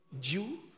Jew